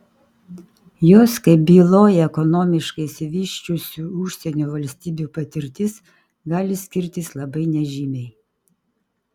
jos kaip byloja ekonomiškai išsivysčiusių užsienio valstybių patirtis gali skirtis labai nežymiai